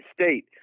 State